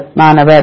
மாணவர் 3